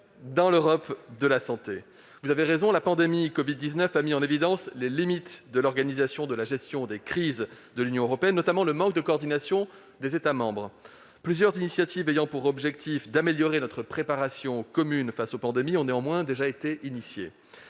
dans l'Europe de la santé. Vous avez raison, la pandémie de covid-19 a mis en évidence les limites de l'organisation de la gestion des crises par l'Union européenne, notamment le manque de coordination des États membres. Plusieurs initiatives ayant pour objectif d'améliorer notre préparation commune face aux pandémies ont néanmoins déjà été lancées.